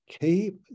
Keep